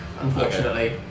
unfortunately